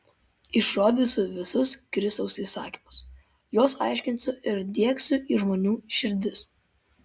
išrodysiu visus kristaus įsakymus juos aiškinsiu ir diegsiu į žmonių širdis